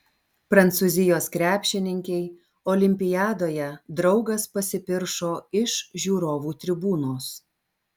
prancūzijos krepšininkei olimpiadoje draugas pasipiršo iš žiūrovų tribūnos